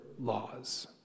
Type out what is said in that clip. laws